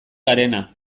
garena